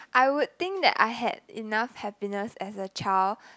I would think that I had enough happiness as a child